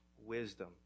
wisdom